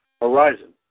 Horizon